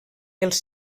els